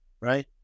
right